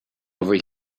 over